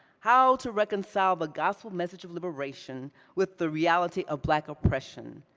how to reconcile the gospel message of liberation with the reality of black oppression,